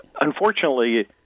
unfortunately